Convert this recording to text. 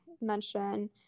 mention